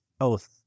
oath